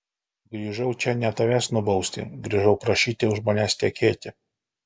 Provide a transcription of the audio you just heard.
grįžau čia ne tavęs nubausti grįžau prašyti už manęs tekėti